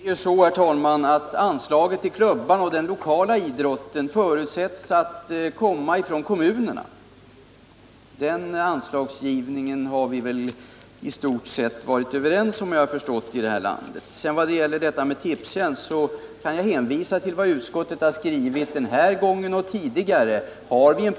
Herr talman! Det förutsätts ju att anslagen till klubbar och till den lokala idrottsverksamheten kommer från kommunerna. Den anslagsfördelningen har vi väl såvitt jag förstått i stort sett varit överens om i vårt land. I vad sedan gäller Tipstjänst kan jag hänvisa till vad utskottet skrivit både denna gång och vid tidigare tillfällen.